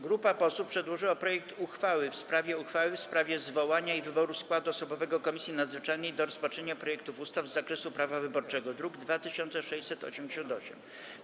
Grupa posłów przedłożyła projekt uchwały o zmianie uchwały w sprawie powołania i wyboru składu osobowego Komisji Nadzwyczajnej do rozpatrzenia projektów ustaw z zakresu prawa wyborczego, druk nr 2688.